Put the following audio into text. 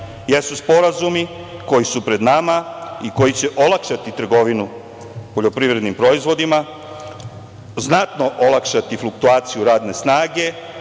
jesu sporazumi koji su pred nama i koji će olakšati trgovinu poljoprivrednim proizvodima, znatno olakšati fluktaciju radne snage